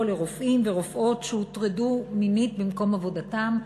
לרופאים ולרופאות שהוטרדו מינית במקום עבודתם.